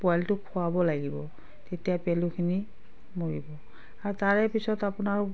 পোৱালিটোক খোৱাব লাগিব তেতিয়া পেলুখিনি মৰিব আৰু তাৰ পিছত আপোনাৰ